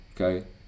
okay